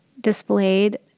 displayed